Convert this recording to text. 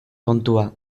kontua